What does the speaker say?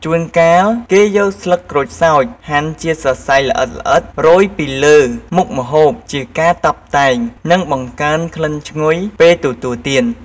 ជួនកាលគេយកស្លឹកក្រូចសើចហាន់ជាសរសៃល្អិតៗ រោយពីលើមុខម្ហូបជាការតុបតែង និងបង្កើនក្លិនឈ្ងុយពេលទទួលទាន។